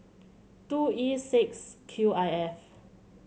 two E six Q I F